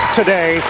today